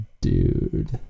dude